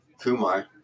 Kumar